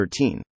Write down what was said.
13